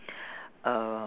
uh